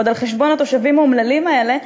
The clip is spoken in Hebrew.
ועוד על חשבון התושבים האומללים האלה,